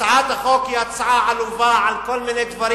הצעת החוק היא הצעה עלובה, על כל מיני דברים.